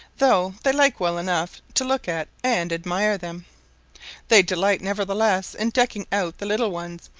though they like well enough to look at and admire them they delight nevertheless in decking out the little ones,